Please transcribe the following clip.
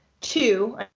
two